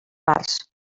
parts